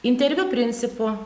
interviu principu